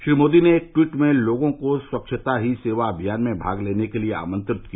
श्री मोदी ने एक ट्वीट में लोगों को स्वच्छता ही सेवा अभियान में भाग लेने के लिए आमंत्रित किया